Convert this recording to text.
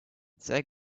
there